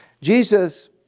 Jesus